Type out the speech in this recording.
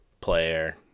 player